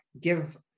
give